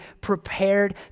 prepared